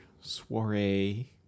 soiree